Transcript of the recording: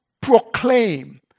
proclaim